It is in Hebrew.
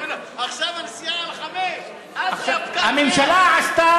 עכשיו הנסיעה על 5. חוק צודק.